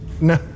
No